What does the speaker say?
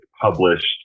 published